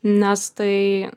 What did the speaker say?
nes tai